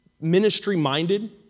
ministry-minded